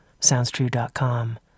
SoundsTrue.com